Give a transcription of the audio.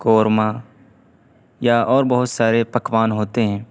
قورمہ یا اور بہت سارے پکوان ہوتے ہیں